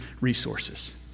resources